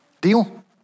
Deal